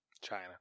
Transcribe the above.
China